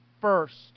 first